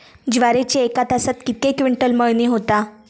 ज्वारीची एका तासात कितके क्विंटल मळणी होता?